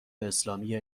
اسلامی